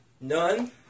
none